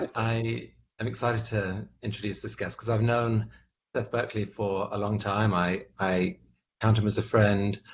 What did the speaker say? i am excited to introduce this guest, because i've known seth berkley for a long time. i i count him as a friend.